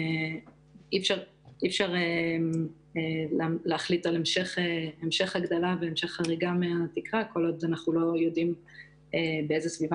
אי-אפשר להחליט על המשך חריגה כל עוד אנחנו לא יודעים באיזו סביבה